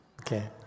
okay